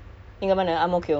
you tinggal mana